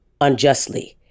unjustly